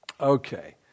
Okay